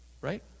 Right